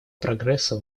прогресса